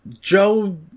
Joe